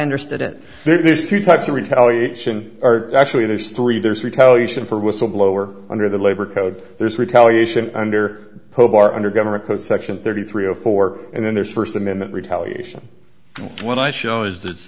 understood it there's two types of retaliation are actually there's three there's retaliation for whistleblower under the labor code there's retaliation under khobar under government code section thirty three of four and then there's first amendment retaliation when i show is th